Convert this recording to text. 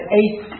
eight